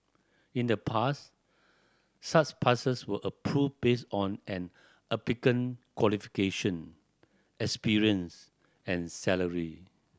in the past such passes were approved based on an applicant qualification experience and salary